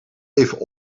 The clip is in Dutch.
even